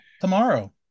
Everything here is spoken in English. tomorrow